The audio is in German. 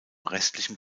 restlichen